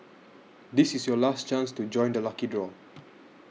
this is your last chance to join the lucky draw